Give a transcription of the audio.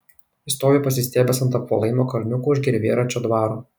jis stovi pasistiebęs ant apvalaino kalniuko už gervėračio dvaro